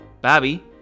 Bobby